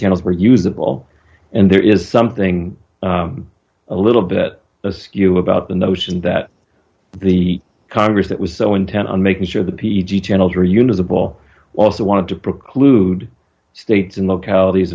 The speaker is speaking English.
channels were usable and there is something a little bit askew about the notion that the congress that was so intent on making sure the p g channels or you know the ball also wanted to preclude states and localities